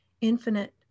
infinite